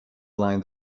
lined